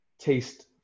taste